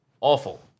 Awful